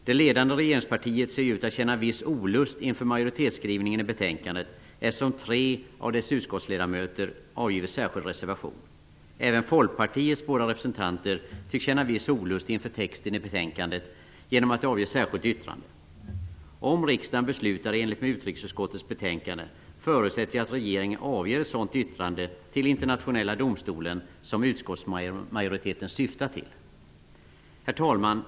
Det ledande regeringspartiet ser ut att känna viss olust inför majoritetsskrivningen i betänkandet, eftersom tre av dess utskottsledamöter avgivit särskild reservation. Även Folkpartiets båda representanter tycks känna viss olust inför texten i betänkandet, vilket de visar genom att avge särskilt yttrande. Om riksdagen beslutar i enlighet med utrikesutskottets betänkande förutsätter jag att regeringen avger ett sådant yttrande till Internationella domstolen som utskottsmajoriteten syftat till. Herr talman!